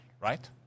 right